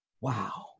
Wow